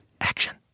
action